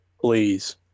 Please